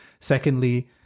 secondly